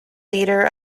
leader